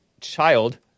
child